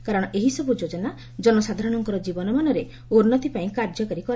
କାରଣ ଏହିସବୁ ଯୋଜନା ଜନସାଧାରଣଙ୍କର ଜୀବନମାନରେ ଉନ୍ଦତି ପାଇଁ କାର୍ଯ୍ୟକାରୀ କରାଯାଉଛି